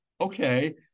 Okay